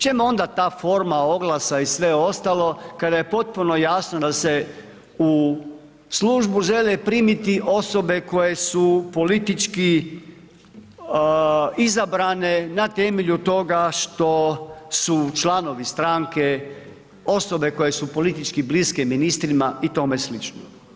Čemu onda ta forma oglasa i sve ostalo kada je potpuno jasno da se u službu žele primiti osobe koje su politički izabrane na temelju toga što su članovi stranke osobe koje su politički bliske ministrima i tome slično.